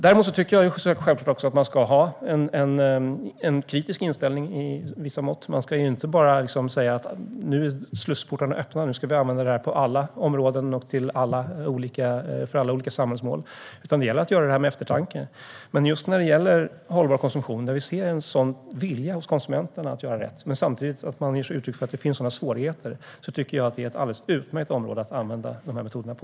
Däremot tycker jag självklart att man ska ha en kritisk inställning i vissa mått. Man ska inte bara säga: Nu är slussportarna öppna, och nu ska vi använda detta på alla områden och för alla olika samhällsmål! Det gäller att göra det med eftertanke. Men just när det gäller hållbar konsumtion, där vi ser en sådan vilja hos konsumenterna att göra rätt men där de samtidigt ger uttryck för att det finns svårigheter, tycker jag att det är ett alldeles utmärkt område att använda de här metoderna på.